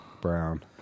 Brown